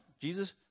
jesus